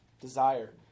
Desire